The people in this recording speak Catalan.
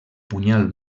punyal